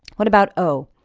what about o?